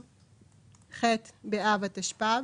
אצלם